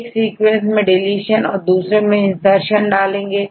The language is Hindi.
एक सीक्वेंस मैं डीलीशन या दूसरे में insertion करेंगे